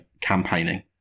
campaigning